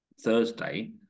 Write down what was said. Thursday